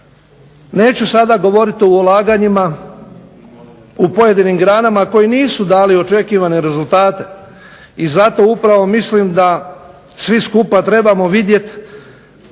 Neću sada govoriti o ulaganjima u pojedinim granama koji nisu dali očekivane rezultate i zato upravo mislim da svi skupa trebamo vidjeti